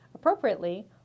Appropriately